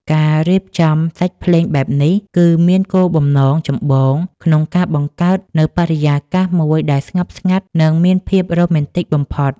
ការរៀបចំសាច់ភ្លេងបែបនេះ គឺមានគោលបំណងចម្បងក្នុងការបង្កើតនូវបរិយាកាសមួយដែលស្ងប់ស្ងាត់ និងមានភាពរ៉ូមែនទិកបំផុត